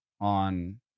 on